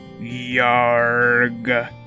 Yarg